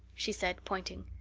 she said, pointing.